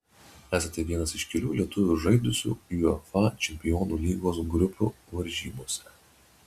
esate vienas iš kelių lietuvių žaidusių uefa čempionų lygos grupių varžybose